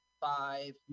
five